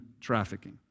trafficking